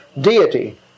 deity